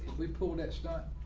we pulled that scott.